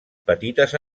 petites